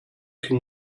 can